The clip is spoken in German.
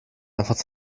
einfach